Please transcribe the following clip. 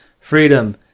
freedom